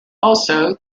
also